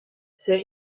ses